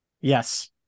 Yes